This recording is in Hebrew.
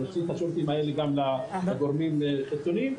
נוציא את אלה לגורמים חיצוניים.